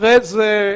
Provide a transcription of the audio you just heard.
אחרי זה הלאה.